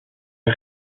est